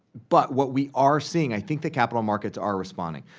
but what we are seeing, i think the capital market are responding.